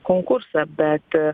konkursą bet